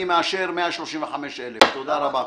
אני מאשר 135,000. תודה רבה.